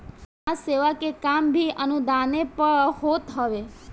समाज सेवा के काम भी अनुदाने पअ होत हवे